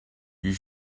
you